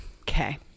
Okay